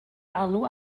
alw